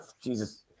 Jesus